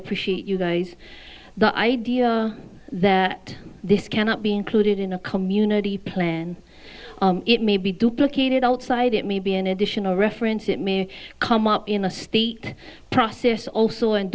appreciate you guys the idea that this cannot be included in a community plan it may be duplicated outside it may be an additional reference it may come up in a state process also and